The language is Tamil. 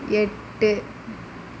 எட்டு